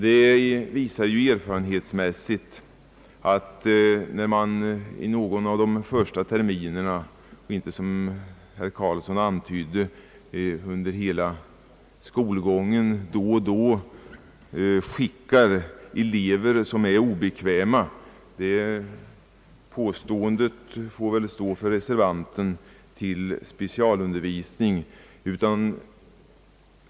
Det är inte så som herr Carlsson antydde, att man då och då under skolgången överför elever till specialundervisning för att de är obekväma. Detta påstående får stå för reservantens egen räkning.